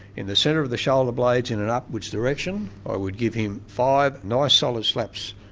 in the centre of the shoulder blades in an upwards direction i would give him five nice solid slaps.